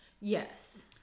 Yes